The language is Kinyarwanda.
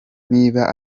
niba